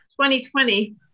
2020